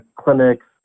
clinics